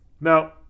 Now